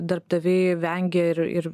darbdaviai vengia ir ir